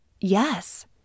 Yes